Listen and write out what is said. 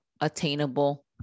attainable